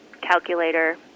calculator